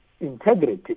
integrity